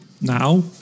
now